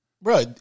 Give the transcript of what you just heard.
Bro